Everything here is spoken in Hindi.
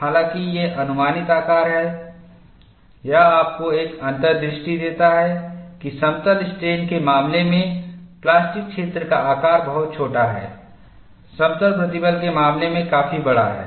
हालांकि यह अनुमानित आकार है यह आपको एक अंतर्दृष्टि देता है कि समतल स्ट्रेन के मामले में प्लास्टिक क्षेत्र का आकार बहुत छोटा है समतल प्रतिबल के मामले में काफी बड़ा है